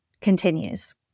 continues